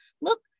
look